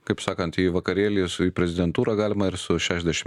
kaip sakant į vakarėlį su į prezidentūrą galima ir su šešdešim